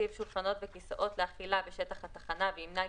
תראה,